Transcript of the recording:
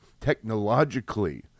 technologically